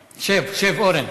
שב, שב, אורן.